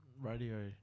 Radio